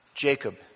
Jacob